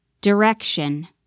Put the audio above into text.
direction